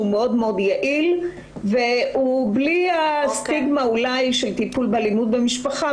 מאוד יעיל ובלי הסטיגמה של טיפול באלימות במשפחה,